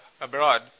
abroad